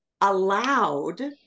Allowed